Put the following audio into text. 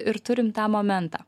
ir turim tą momentą